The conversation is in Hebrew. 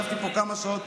וישבתי פה כמה שעות,